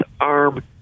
arm